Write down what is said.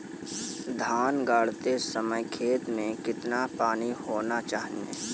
धान गाड़ते समय खेत में कितना पानी होना चाहिए?